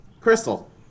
Crystal